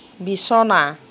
বিছনা